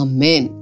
Amen